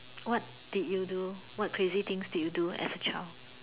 what did you what crazy things did you do as a child